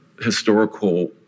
historical